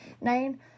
nine